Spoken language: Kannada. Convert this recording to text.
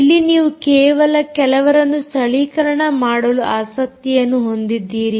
ಇಲ್ಲಿ ನೀವು ಕೇವಲ ಕೆಲವರನ್ನು ಸ್ಥಳೀಕರಣ ಮಾಡಲು ಆಸಕ್ತಿಯನ್ನು ಹೊಂದಿದ್ದೀರಿ